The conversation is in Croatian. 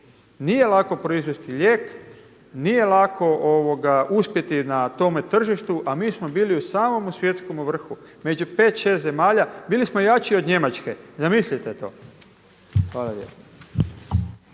Nije lako proizvesti lijek, nije lako uspjeti na tome tržištu, a mi smo bili u samome svjetskom vrhu među pet, šest zemalja. Bili smo jači od Njemačke, zamislite to. Hvala